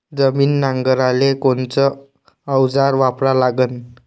जमीन नांगराले कोनचं अवजार वापरा लागन?